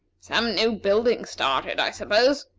some new building started, i suppose,